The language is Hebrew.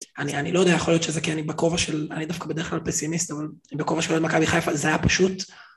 אני לא יודע יכול להיות שזה כי אני בכובע של... אני דווקא בדרך כלל פסימיסט, אבל בכובע של מכבי חיפה זה היה פשוט...